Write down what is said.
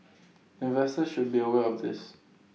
investors should be aware of this